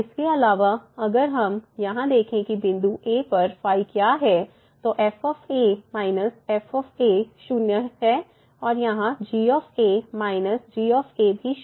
इसके अलावा अगर हम यहां देखें कि बिंदु a पर क्या है तो f f शून्य है और यहाँ g − g भी 0 है